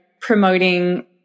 promoting